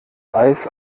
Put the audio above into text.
eis